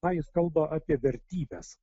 ką jis kalba apie vertybes